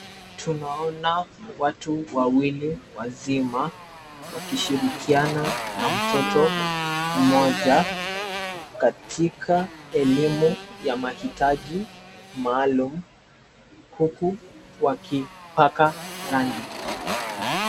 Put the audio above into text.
Tunaona watu wawili wazima wakishirikiana na mtoto mmoja katika elimu ya mahitaji maalum huku wakipaka rangi.